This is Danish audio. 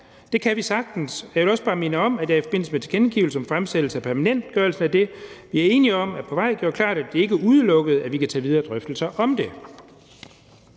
Det kan vi sagtens. Jeg vil også bare minde om, at jeg i forbindelse med tilkendegivelse om fremsættelse af permanentgørelsen af det gjorde det klart, at det ikke er udelukket, at vi kan tage videre drøftelser om det.